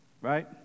Right